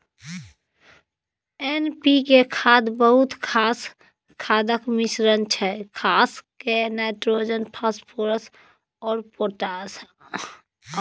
NPK खाद बहुत रास खादक मिश्रण छै खास कए नाइट्रोजन, फास्फोरस आ पोटाश